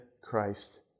Christ